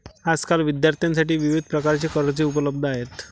आजकाल विद्यार्थ्यांसाठी विविध प्रकारची कर्जे उपलब्ध आहेत